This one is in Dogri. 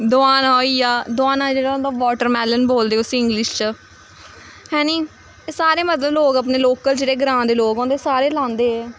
दोआना होई गेआ दोआना जेह्ड़ा होंदा ओह् वाटरमैलन बोलदे उस्सी इंग्लिश च है नी एह् सारे मतलब लोक अपने लोकल जेह्ड़े ग्रांऽ दे लोग होंदे सारे लांदे एह्